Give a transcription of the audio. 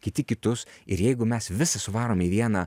kiti kitus ir jeigu mes visa suvarome į vieną